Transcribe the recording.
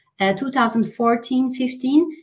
2014-15